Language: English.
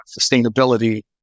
sustainability